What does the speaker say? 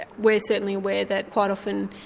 and we're certainly aware that quite often,